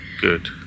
Good